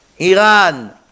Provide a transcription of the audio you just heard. Iran